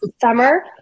summer